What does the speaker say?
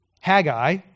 Haggai